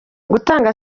gutanga